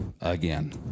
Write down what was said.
again